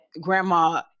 grandma